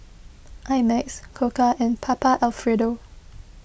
I Max Koka and Papa Alfredo